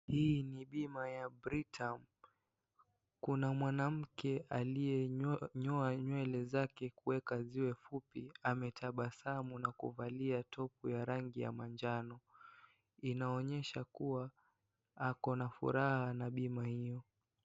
Hii ni bima ya Britam , kuna mwanamke aliyenyoa nywele zake kuweka ziwe fupi . Ametabasamu na kuvalia topu ya manjano inaonyesha kuwa akona furaha na bima hio.